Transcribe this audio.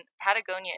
Patagonia